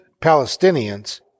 Palestinians